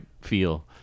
feel